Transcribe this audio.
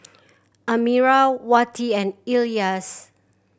Amirah Wati and Elyas